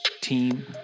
team